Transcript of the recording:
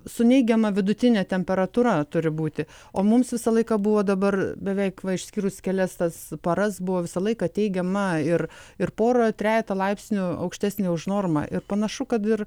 su neigiama vidutine temperatūra turi būti o mums visą laiką buvo dabar beveik va išskyrus kelias tas paras buvo visą laiką teigiama ir ir porą trejetą laipsnių aukštesnė už normą ir panašu kad ir